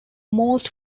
most